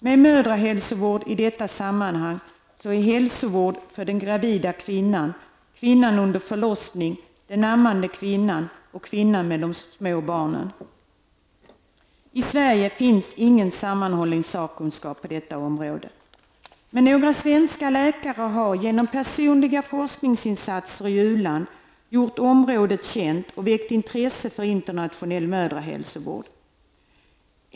Med mödrahälsovård menas i detta sammanhang hälsovård för den gravida kvinnan, för kvinnan under förlossning, för den ammande kvinnan och för kvinnan med små barn. I Sverige finns det inte någon sammanhållen sakkunskap på detta område. Men några svenska läkare har genom personliga forskningsinsatser i uland gjort området känt och även väckt ett intresse för internationell mödrahälsovård.